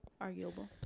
arguable